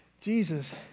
Jesus